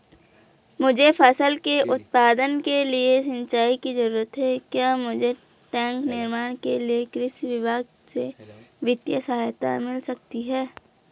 मुझे फसल के उत्पादन के लिए सिंचाई की जरूरत है क्या मुझे टैंक निर्माण के लिए कृषि विभाग से वित्तीय सहायता मिल सकती है?